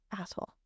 asshole